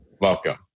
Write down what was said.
Welcome